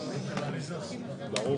בואו